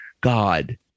God